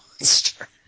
Monster